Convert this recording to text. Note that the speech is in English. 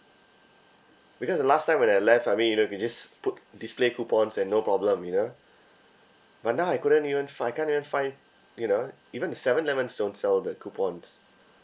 because the last time when I left I mean you know we just put display coupons and no problem you know but now I couldn't even find I can even find you know even the seven elevens don't sell the coupons